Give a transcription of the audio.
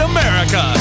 America